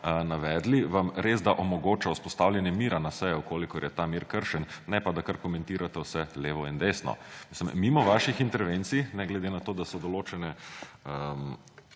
navedli, vam resda omogoča vzpostavljanje mira na seji, če je ta mir kršen, ne pa da kar komentirate vse levo in desno. Mimo vaših intervencij, ne glede na to, da so določene